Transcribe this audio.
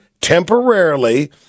temporarily